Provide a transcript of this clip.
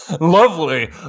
Lovely